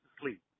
sleep